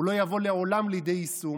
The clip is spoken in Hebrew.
הוא לעולם לא יבוא לידי יישום.